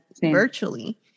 virtually